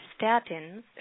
statins